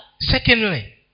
Secondly